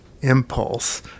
impulse